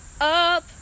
up